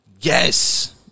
Yes